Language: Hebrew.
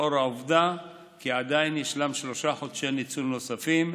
לאור העובדה שעדיין יש שלושה חודשי ניצול נוספים,